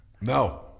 no